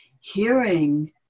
hearing